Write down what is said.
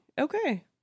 Okay